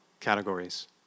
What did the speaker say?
categories